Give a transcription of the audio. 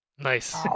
Nice